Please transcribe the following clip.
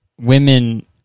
women